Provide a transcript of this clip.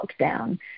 lockdown